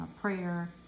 prayer